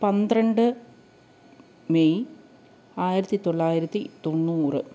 പന്ത്രണ്ട് മെയ് ആയിരത്തി തൊള്ളായിരത്തി തൊണ്ണൂറ്